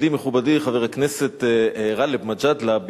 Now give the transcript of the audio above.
ידידי מכובדי חבר הכנסת גאלב מג'אדלה,